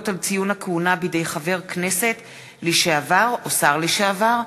על ציון הכהונה בידי חבר כנסת לשעבר או שר לשעבר),